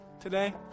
today